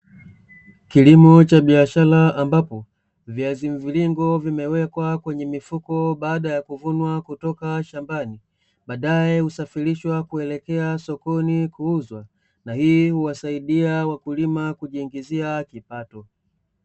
Kilimo cha biashara ambapo, viazi mviringo vimewekwa kwenye mifuko baada ya kuvunwa kutoka shambani, baadaye husafirishwa kuelekea sokoni kuuzwam, na hii huwasaidia wakulima kujiingizia kipato.